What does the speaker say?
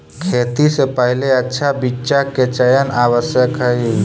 खेती से पहिले अच्छा बीचा के चयन आवश्यक हइ